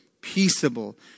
peaceable